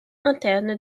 internes